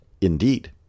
Indeed